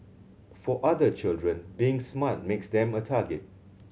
for other children being smart makes them a target